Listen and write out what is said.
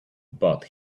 but